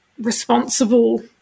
responsible